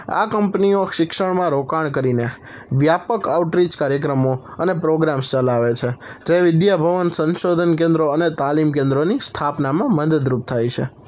આ કંપનીઓ શિક્ષણમાં રોકાણ કરીને વ્યાપક આઉટરીચ કાર્યક્રમો અને પ્રોગ્રામ્સ ચલાવે છે જે વિદ્યાભવન સંશોધન કેન્દ્રો અને તાલીમ કેન્દ્રોની સ્થાપનામાં મદદરૂપ થાય છે